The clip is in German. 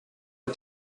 hat